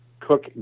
Cook